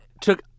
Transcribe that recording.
took